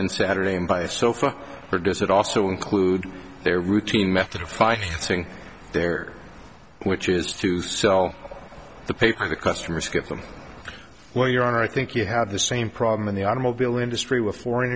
in saturday and buy a sofa or does it also include their routine method of fighting there which is to sell the paper the customers give them well your honor i think you have the same problem in the automobile industry with foreign